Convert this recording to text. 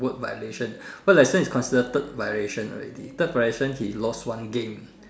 word violation what is considered third violation already third violation he lost one game